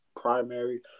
primary